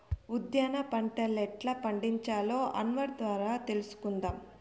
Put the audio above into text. ఉద్దేన పంటలెట్టా పండించాలో అన్వర్ ద్వారా తెలుసుకుందాం